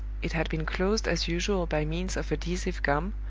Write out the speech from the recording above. it had been closed as usual by means of adhesive gum,